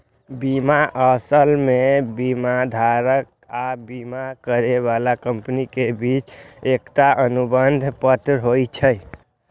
बीमा असल मे बीमाधारक आ बीमा करै बला कंपनी के बीच एकटा अनुबंध पत्र होइ छै